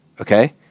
okay